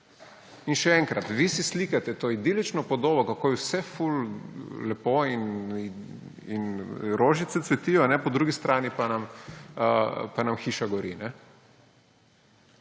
In še enkrat, vi si slikate to idilično podobo, kako je vse ful lepo in rožice cvetijo, po drugi strani pa nam hiša gori.